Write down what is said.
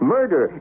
Murder